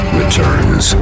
returns